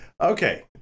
Okay